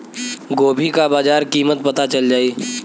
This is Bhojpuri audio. गोभी का बाजार कीमत पता चल जाई?